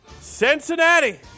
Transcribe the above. Cincinnati